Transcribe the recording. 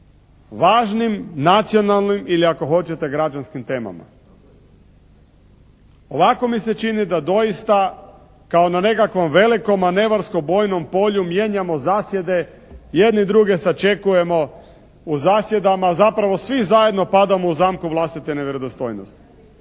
važnim nacionalnim ili ako hoćete građanskim temama. Ovako mi se čini da doista kao na nekakvom velikom manevarsko bojnom polju mijenjamo zasjede, jedni druge sačekujemo u zasjedamo, zapravo svi zajedno padamo u zamku vlastite nevjerodostojnosti.